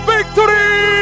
Victory